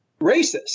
racist